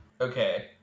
Okay